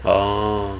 orh